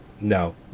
No